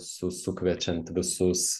su sukviečiant visus